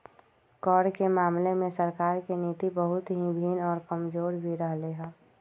कर के मामले में सरकार के नीति बहुत ही भिन्न और कमजोर भी रहले है